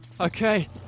Okay